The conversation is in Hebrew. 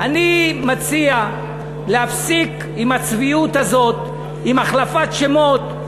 אני מציע להפסיק עם הצביעות הזאת, עם החלפת שמות.